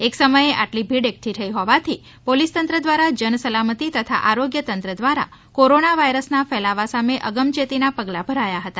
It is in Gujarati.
એક સમયે આટલી ભીડ એકઠી થઈ હોવાથી પોલિસ તંત્ર દ્વારા જન સલામતી તથા આરોગ્ય તંત્ર દ્વારા કોરોના વાયરસ ના ફેલાવા સામે અગમચેતી ના પગલાં ભરાયા હતા